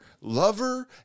lover